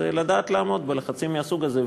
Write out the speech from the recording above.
לדעת לעמוד בלחצים מהסוג הזה.